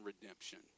redemption